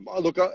look